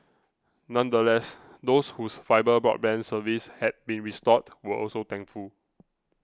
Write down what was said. nonetheless those whose fibre broadband service had been restored were also thankful